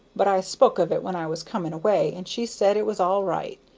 but i spoke of it when i was coming away, and she said it was all right.